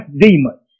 demons